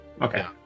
Okay